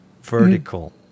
vertical